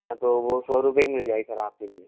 तो वो सौ रुपए की मिल जाएगी सर आपके लिए